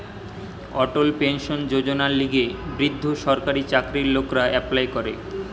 অটল pension যোজনার লিগে বৃদ্ধ সরকারি চাকরির লোকরা এপ্লাই করে